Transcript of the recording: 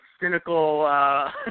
cynical